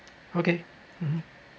okay mmhmm